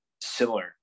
similar